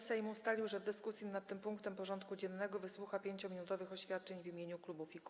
Sejm ustalił, że w dyskusji nad tym punktem porządku dziennego wysłucha 5-minutowych oświadczeń w imieniu klubów i kół.